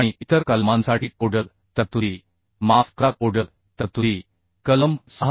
आणि इतर कलमांसाठी कोडल तरतुदी माफ करा कोडल तरतुदी कलम 6